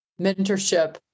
mentorship